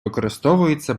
використовується